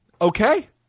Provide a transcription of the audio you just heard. Okay